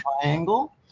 triangle